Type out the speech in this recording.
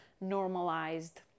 normalized